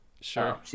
Sure